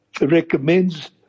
recommends